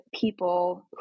people